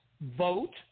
vote